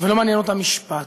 לא מעניין אותם משפט,